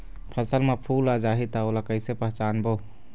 फसल म फूल आ जाही त ओला कइसे पहचानबो?